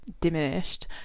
diminished